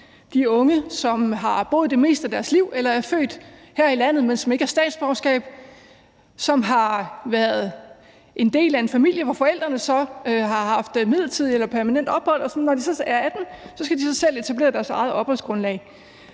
De unge, som har boet det meste af deres liv eller er født her i landet, men som ikke har statsborgerskab, og som har været en del af en familie, hvor forældrene så har haft midlertidig eller permanent opholdstilladelse, skal, når de så er 18 år, selv etablere deres eget opholdsgrundlag.